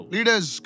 Leaders